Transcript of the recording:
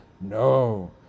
No